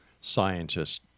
scientists